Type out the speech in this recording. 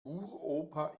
uropa